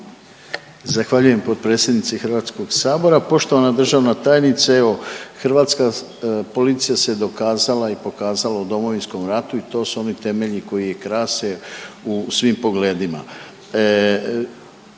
Zahvaljujem potpredsjednice HS-a, poštovana državna tajnice, evo, hrvatska policija se dokazala i pokazala u Domovinskom ratu i to su oni temelji koji krase u svim pogledima.